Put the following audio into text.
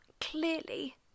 clearly